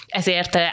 ezért